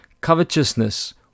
covetousness